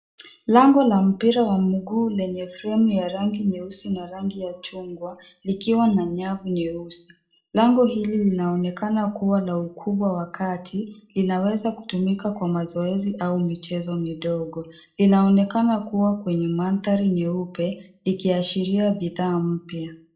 Lango la mpira wa mguu lenye fremu ya rangi nyeusi na rangi ya chungwa likiwa na nyavu nyeusi. Lango hili linaonekana kuwa na ukubwa wa kati linaweza kutumika kwa mazoezi au michezo midogo. Linaonekana kuwa kwenye mandhari nyeupe likiashiria bidhaa mpya.